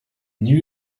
new